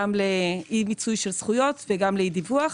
לאי-מיצוי של זכויות ולאי-דיווח,